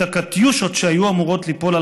את הקטיושות שהיו אמורות ליפול על